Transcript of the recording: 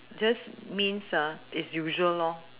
just means ah is usual lor